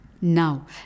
Now